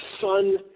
son